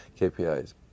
KPIs